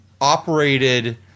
operated